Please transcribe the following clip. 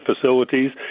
facilities